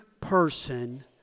person